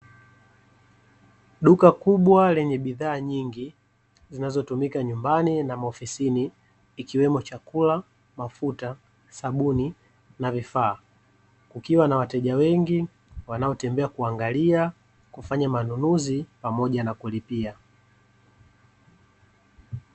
Duka kubwa lenye bidhaa nyingi, zinazotumika nyumbani na maofisini, ikiwemo: chakula, mafuta, sabuni, na vifaa. Kukiwa na wateja wengi wanaotembea kuangalia, kufanya MANUNUZI pamoja na kulipia.